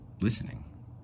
listening